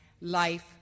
life